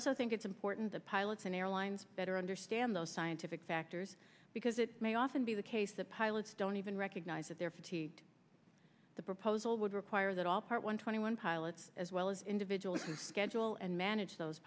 also think it's important that pilots and airlines better understand those scientific factors because it may often be the case that pilots don't even recognize that they're fatigued the proposal would require that all part one twenty one pilots as well as individuals who schedule and manage those